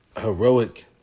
heroic